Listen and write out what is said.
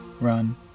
run